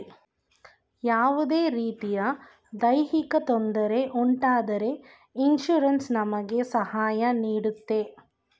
ಯಾವುದೇ ರೀತಿಯ ದೈಹಿಕ ತೊಂದರೆ ಉಂಟಾದರೆ ಇನ್ಸೂರೆನ್ಸ್ ನಮಗೆ ಸಹಾಯ ನೀಡುತ್ತೆ